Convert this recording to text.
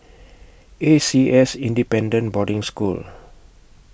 A C S Independent Boarding School